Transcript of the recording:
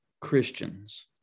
Christians